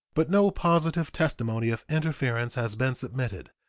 but no positive testimony of interference has been submitted,